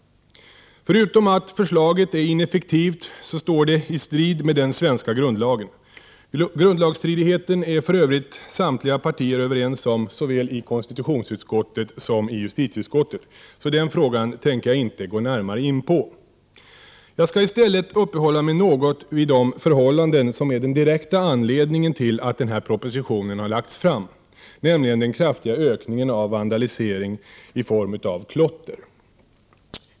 Förutom att förslaget är ineffektivt står det i strid med den svenska grundlagen. Grundlagsstridigheten är för övrigt samtliga partier överens om såväl i konstitutionsutskottet som i justitieutskottet, så den frågan tänker jag inte gå närmare in på. Jag skall i stället uppehålla mig något vid de förhållanden som är den direkta anledningen till att den här propositionen har lagts fram, nämligen den kraftiga ökningen av vandalisering i form av klotter.